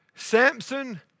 Samson